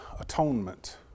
atonement